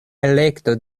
elekto